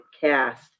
cast